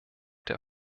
der